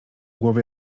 głowy